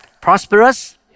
Prosperous